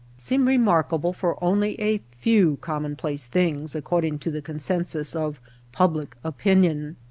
seem remarkable for only a few commonplace things, according to the con sensus of public opinion.